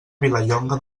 vilallonga